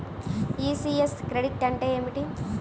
ECS credit అంటే ఏమిటి?